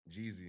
Jeezy